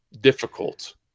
difficult